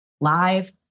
live